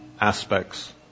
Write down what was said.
aspects